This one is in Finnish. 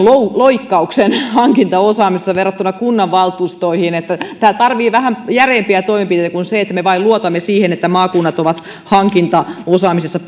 loikkauksen hankintaosaamisessa verrattuna kunnanvaltuustoihin tämä tarvitsee vähän järeämpiä toimenpiteitä kuin sitä että me vain luotamme siihen että maakunnat ovat hankintaosaamisessa